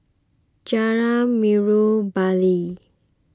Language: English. Jalan Bali